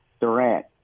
Durant